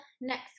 next